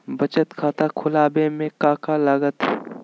बचत खाता खुला बे में का का लागत?